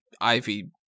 Ivy